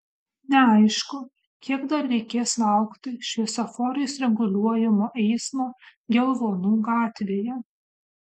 neaišku kiek dar reikės laukti šviesoforais reguliuojamo eismo gelvonų gatvėje